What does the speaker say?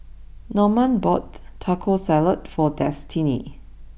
Normand bought Taco Salad for Destiney